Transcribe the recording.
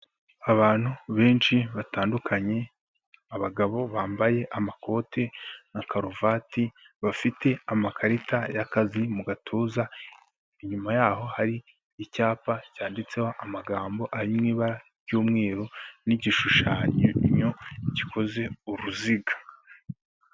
Abantu benshi batandukanye, abagabo bambaye amakoti na karuvati, bafite amakarita y'akazi mu gatuza, inyuma yaho hari icyapa cyanditseho amagambo ari mu ibara ry'umweru n'igishushanyo gikoze uruziga.